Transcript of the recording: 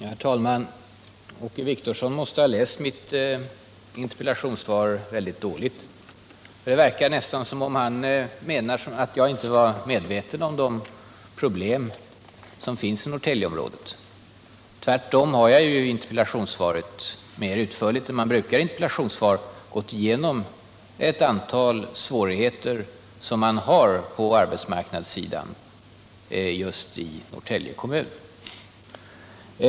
Herr talman! Åke Wictorsson måste ha lyssnat mycket dåligt på mitt interpellationssvar. Det verkar nästan som om han menar att jag inte är medveten om de problem som finns i Norrtäljeområdet. Tvärtom har jag ju i interpellationssvaret gått igenom ett antal svårigheter som föreligger på arbetsmarknadsområdet i Norrtälje kommun.